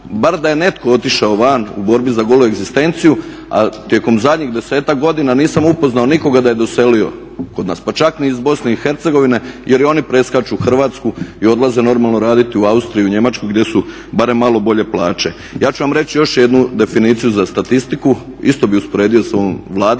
bar da je netko otišao van u borbi za golu egzistenciju a tijekom zadnjih 10-ak godina nisam upoznao nikoga da je doselio kod nas, pa čak ni iz BiH jer i oni preskaču Hrvatsku i odlaze normalno raditi u Austriju, Njemačku gdje su barem malo bolje plaće. Ja ću vam reći još jednu definiciju za statistiku, isto bih usporedio sa ovom Vladinom,